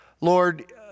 Lord